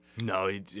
No